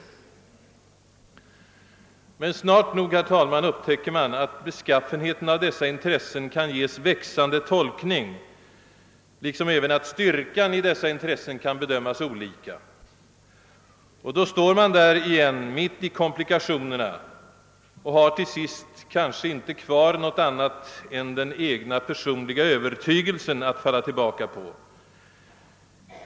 Men snart nog, herr talman, upptäcker man att beskaffenheten av dessa intressen kan ges växlande tolkning liksom att styrkan av dem kan bedömas olika. Och då står man där igen mitt i komplikationerna och har till sist kanske inte kvar något annat än den egna personliga övertygelsen att falla tillbaka på.